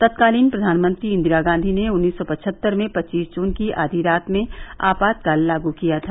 तत्कालीन प्रधानमंत्री इन्दिरा गांधी ने उन्नीस सौ पचहत्तर में पदीस जून की आधी रात में आपातकाल लागू किया था